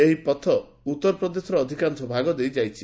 ଏହି ପଥ ଉତ୍ତର ପ୍ରଦେଶର ଅଧିକାଂଶ ଭାଗ ଦେଇ ଯାଇଛି